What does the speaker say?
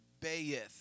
bayith